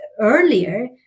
earlier